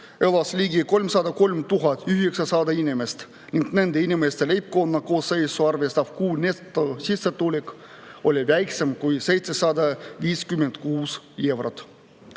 elas ligi 303 900 inimest ning nende inimeste leibkonna koosseisu arvestav kuu netosissetulek oli väiksem kui 756 eurot.